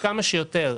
כמה שיותר,